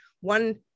one